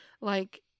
Like-